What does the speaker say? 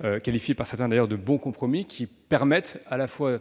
éléments, qualifiés d'ailleurs par certains de bon compromis, permettent à la fois